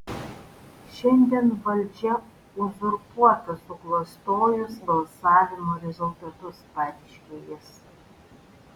šiandien valdžia uzurpuota suklastojus balsavimo rezultatus pareiškė jis